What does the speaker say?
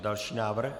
Další návrh.